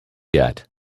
yet